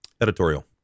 Editorial